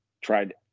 tried